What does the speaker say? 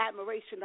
admiration